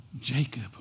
Jacob